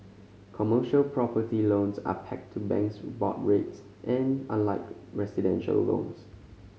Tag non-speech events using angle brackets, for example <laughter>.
commercial property loans are pegged to banks board rates <unintelligible> unlike residential loans